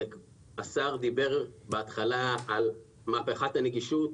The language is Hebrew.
השר דיבר בהתחלה על מהפכת הנגישות